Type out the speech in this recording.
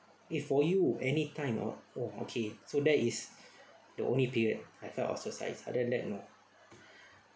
eh for you any time ah oh okay so that is the only period I felt ostracised other than that no